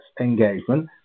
engagement